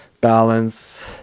balance